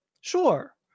Sure